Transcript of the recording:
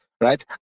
right